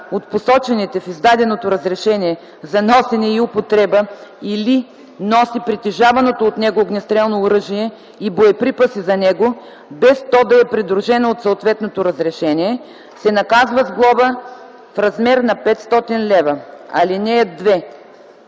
от посочените в издаденото разрешение за носене и употреба или носи притежаваното от него огнестрелно оръжие и боеприпаси за него, без то да е придружено от съответното разрешение, се наказва с глоба в размер на 500 лв. (2) При